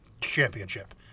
championship